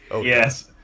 Yes